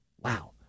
Wow